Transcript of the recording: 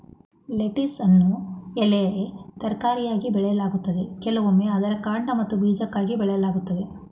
ಲೆಟಿಸನ್ನು ಎಲೆ ತರಕಾರಿಯಾಗಿ ಬೆಳೆಯಲಾಗ್ತದೆ ಕೆಲವೊಮ್ಮೆ ಅದರ ಕಾಂಡ ಮತ್ತು ಬೀಜಕ್ಕಾಗಿ ಬೆಳೆಯಲಾಗ್ತದೆ